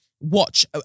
Watch